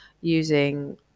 using